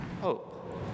hope